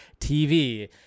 TV